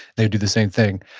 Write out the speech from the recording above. they would do the same thing.